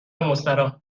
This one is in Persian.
مستراح